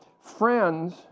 friends